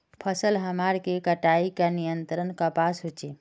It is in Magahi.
फसल हमार के कटाई का नियंत्रण कपास होचे?